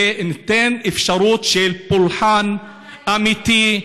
וניתן אפשרות של פולחן אמיתי,